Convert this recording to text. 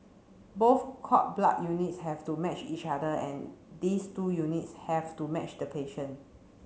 both cord blood units have to match each other and these two units have to match the patient